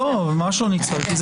לא, ממש לא ניצלתי.